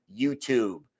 YouTube